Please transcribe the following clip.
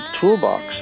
toolbox